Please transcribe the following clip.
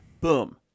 Boom